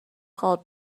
called